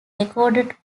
recorded